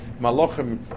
Malachim